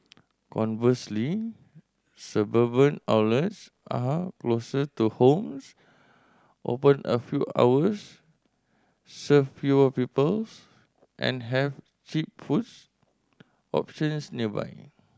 conversely suburban outlets are closer to homes open a fewer hours serve fewer peoples and have cheap foods options nearby